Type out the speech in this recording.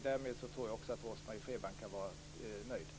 Därmed tror jag också att Rose-Marie Frebran kan vara nöjd.